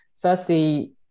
firstly